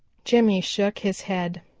jimmy shook his head.